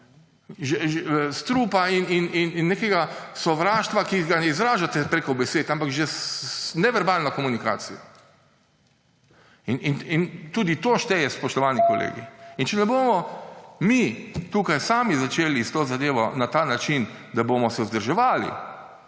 strupa in nekega sovraštva, ki ga izražate preko besed, ampak že z neverbalno komunikacijo. In tudi to šteje, spoštovani kolegi. In če ne bomo mi tukaj sami začeli s to zadevo na ta način, da bomo se vzdrževali